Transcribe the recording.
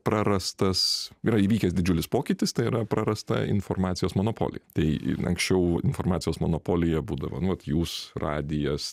prarastas yra įvykęs didžiulis pokytis tai yra prarasta informacijos monopolija tai anksčiau informacijos monopolija būdavo nu vat jūs radijas